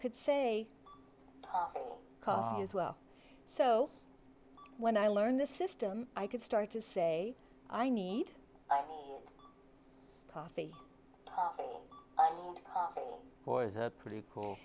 could say as well so when i learned the system i could start to say i need coffee was a pretty cool